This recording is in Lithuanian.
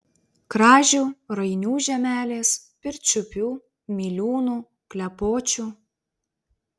kražių rainių žemelės pirčiupių miliūnų klepočių